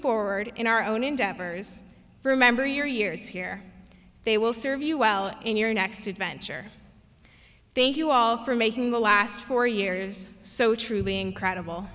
forward in our own endeavors remember your years here they will serve you well in your next adventure thank you all for making the last four years so truly incredible